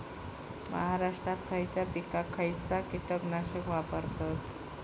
महाराष्ट्रात खयच्या पिकाक खयचा कीटकनाशक वापरतत?